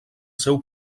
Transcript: seu